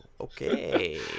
Okay